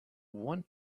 want